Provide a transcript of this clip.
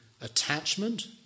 attachment